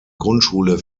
grundschule